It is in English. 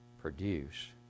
produce